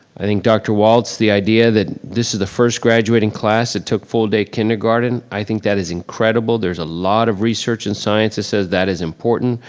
i think dr. walts, the idea that this is the first graduating class that took full day kindergarten, i think that is incredible. there's a lot of research in science that says that is important.